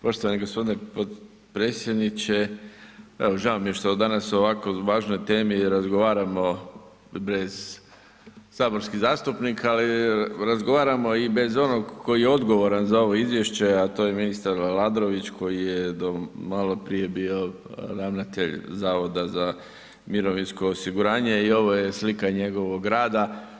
Poštovani gospodin potpredsjedniče evo žao mi je što danas o ovako važnoj temi razgovaramo bez saborskih zastupnika, ali razgovaramo i bez onog koji je odgovoran za ovo izvješće, a to je ministar Aladrović koji je do maloprije bio ravnatelj zavoda za mirovinsko osiguranje i ovo je slika njegovog rada.